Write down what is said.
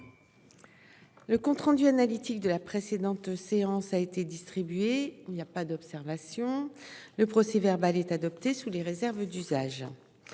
Le compte rendu analytique de la précédente séance a été distribué il y a pas d'observation, le procès verbal est adopté sous les réserves d'usage.